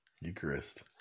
eucharist